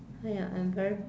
ya I'm very